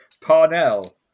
parnell